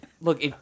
look